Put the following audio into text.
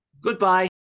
goodbye